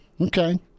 Okay